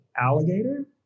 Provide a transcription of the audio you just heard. alligator